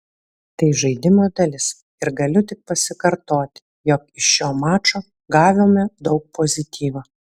tai žaidimo dalis ir galiu tik pasikartoti jog iš šio mačo gavome daug pozityvo